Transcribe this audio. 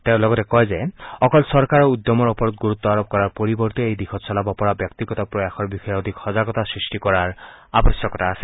তেওঁ লগতে কয় যে অকল চৰকাৰৰ উদ্যমৰ ওপৰত গুৰুত্ব আৰোপ কৰাৰ পৰিবৰ্তে এই দিশত চলাব পৰা ব্যক্তিগত প্ৰয়াসৰ বিষয়ে অধিক সজাগতা সৃষ্টি কৰাৰ আৱশ্যকতা আছে